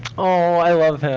aw, i love him.